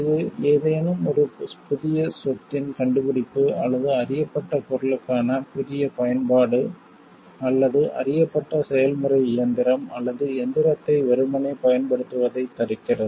இது ஏதேனும் ஒரு புதிய சொத்தின் கண்டுபிடிப்பு அல்லது அறியப்பட்ட பொருளுக்கான புதிய பயன்பாடு அல்லது அறியப்பட்ட செயல்முறை இயந்திரம் அல்லது எந்திரத்தை வெறுமனே பயன்படுத்துவதைத் தடுக்கிறது